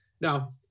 Now